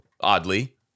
oddly